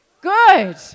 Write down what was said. good